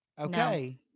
Okay